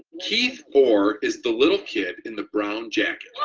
keith ore is the little kid in the brown jacket.